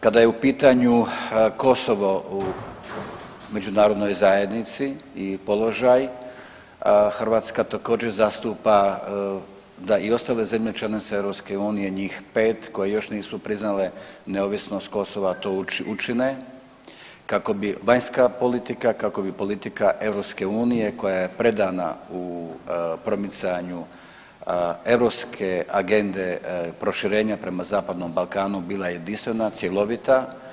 Kada je u pitanju Kosovo u međunarodnoj zajednici i položaj, Hrvatska također zastupa da i ostale zemlje članice EU njih 5 koje još nisu priznale neovisnost Kosova to učine kako bi vanjska politika, kako bi politika EU koja je predana u promicanju europske agende proširenja prema Zapadnom Balkanu bila jedinstvena, cjelovita.